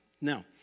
Now